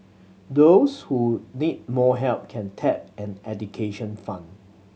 those who need more help can tap an education fund